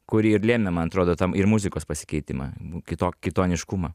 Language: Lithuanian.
kuri ir lėmė man atrodo tam ir muzikos pasikeitimą kito kitoniškumą